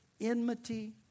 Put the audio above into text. enmity